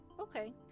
okay